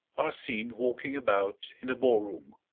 are seen walking about in the ball-room.